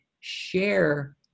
share